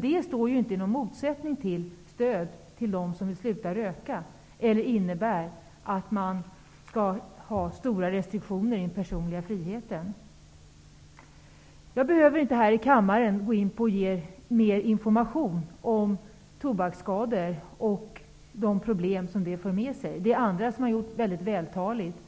Det står inte i någon motsatsställning till stöd till dem som vill sluta röka och innebär inte heller restriktioner i den personliga friheten. Jag behöver inte här i kammaren ge mer information om tobakens skador och de problem som de för med sig. Det har andra gjort vältaligt.